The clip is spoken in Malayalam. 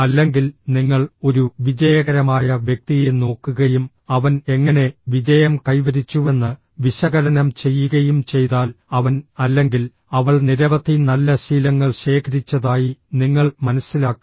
അല്ലെങ്കിൽ നിങ്ങൾ ഒരു വിജയകരമായ വ്യക്തിയെ നോക്കുകയും അവൻ എങ്ങനെ വിജയം കൈവരിച്ചുവെന്ന് വിശകലനം ചെയ്യുകയും ചെയ്താൽ അവൻ അല്ലെങ്കിൽ അവൾ നിരവധി നല്ല ശീലങ്ങൾ ശേഖരിച്ചതായി നിങ്ങൾ മനസ്സിലാക്കും